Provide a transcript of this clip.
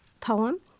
poem